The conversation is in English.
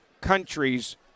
countries